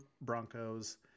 Broncos